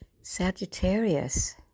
Sagittarius